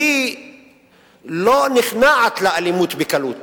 היא לא נכנעת לאלימות בקלות